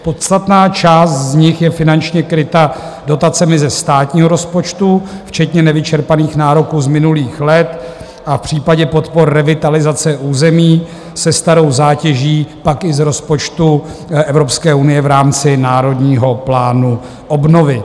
Podstatná část z nich je finančně kryta dotacemi ze státního rozpočtu, včetně nevyčerpaných nároků z minulých let a v případě podpor revitalizace území se starou zátěží pak i z rozpočtu Evropské unie v rámci Národního plánu obnovy.